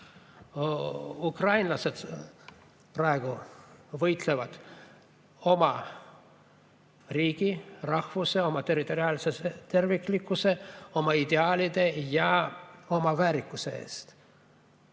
Ukrainlased praegu võitlevad oma riigi, rahvuse, oma territoriaalse terviklikkuse, oma ideaalide ja oma väärikuse eest.